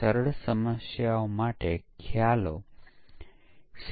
લાંબા સમયથી ઉપયોગમાં લેવામાં આવતી કોઈ એક પદ્ધતિ ખરેખર મદદ કરશે નહીં